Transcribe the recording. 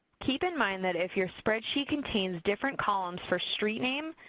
keep in mind that if your spreadsheet contains different columns for street name,